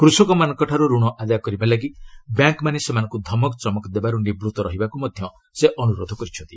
କୃଷକମାନଙ୍କଠାରୁ ଋଣ ଆଦାୟ କରିବା ଲାଗି ବ୍ୟାଙ୍କ୍ମାନେ ସେମାନଙ୍କୁ ଧମକ ଚମକ ଦେବାରୁ ନିବୃତ୍ତ ରହିବାକୁ ମଧ୍ୟ ସେ ଅନୁରୋଧ କରିଛନ୍ତି